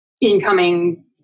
incoming